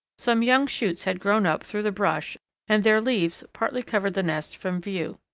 some young shoots had grown up through the brush and their leaves partly covered the nest from view.